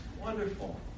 wonderful